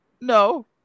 no